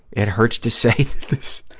it hurts to say this,